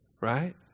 right